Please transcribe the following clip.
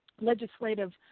legislative